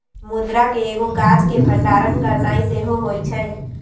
मुद्रा के एगो काज के भंडारण करनाइ सेहो होइ छइ